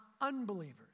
unbelievers